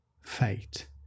fate